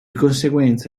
conseguenza